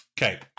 Okay